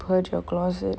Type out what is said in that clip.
put your closet